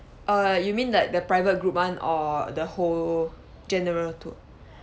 err you mean like the private group [one] or the whole general to~